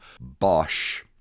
Bosch